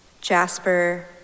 Jasper